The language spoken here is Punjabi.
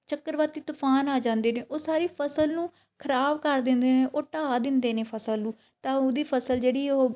ਚੱਕਰਵਾਤੀ ਤੂਫਾਨ ਆ ਜਾਂਦੇ ਨੇ ਉਹ ਸਾਰੀ ਫਸਲ ਨੂੰ ਖਰਾਬ ਕਰ ਦਿੰਦੇ ਨੇ ਉਹ ਢਾਹ ਦਿੰਦੇ ਨੇ ਫਸਲ ਨੂੰ ਤਾਂ ਉਹਦੀ ਫਸਲ ਜਿਹੜੀ ਉਹ